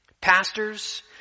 Pastors